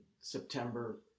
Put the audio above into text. September